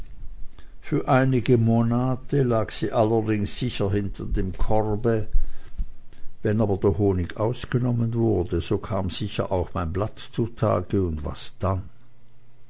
für einige monate lag sie allerdings sicher hinter dem korbe wenn aber der honig ausgenommen wurde so kam sicher auch mein blatt zutage und was dann